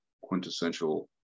quintessential